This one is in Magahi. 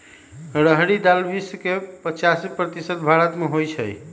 रहरी दाल विश्व के पचासी प्रतिशत भारतमें होइ छइ